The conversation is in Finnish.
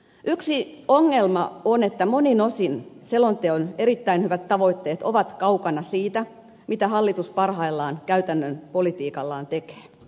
yksi ongelma on että monin osin selonteon erittäin hyvät tavoitteet ovat kaukana siitä mitä hallitus parhaillaan käytännön politiikallaan tekee